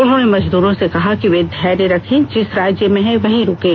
उन्होंने मजदूरों से कहा कि वे धैर्य रखें जिस राज्य में हैं वहीं रुकें